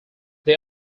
they